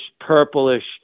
purplish